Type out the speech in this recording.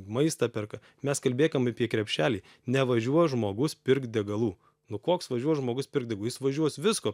maistą perka mes kalbėkim apie krepšelį nevažiuos žmogus pirkt degalų nu koks važiuos žmogus pirkt dega jis važiuos visko